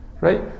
Right